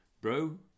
bro